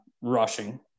rushing